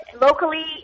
locally